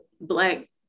black